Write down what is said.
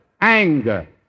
anger